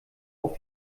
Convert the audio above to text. auf